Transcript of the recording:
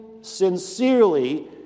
sincerely